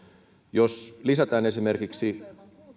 jos lisätään esimerkiksi